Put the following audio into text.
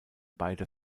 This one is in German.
beide